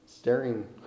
Staring